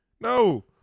No